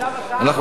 [פ/2286/18,